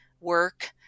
work